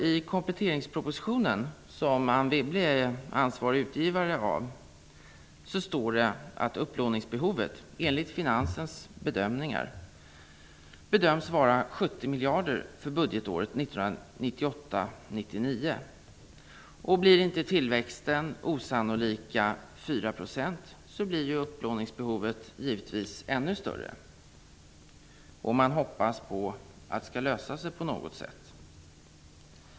I kompletteringspropositionen, som Anne Wibble är ansvarig utgivare av, står det att upplåningsbehovet enligt Finansdepartementets bedömningar är 70 miljarder för budgetåret 1998/99. Blir inte tillväxten osannolika 4 % blir upplåningsbehovet givetvis ännu större. Man hoppas att det skall lösa sig på något sätt.